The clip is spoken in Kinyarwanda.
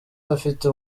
afite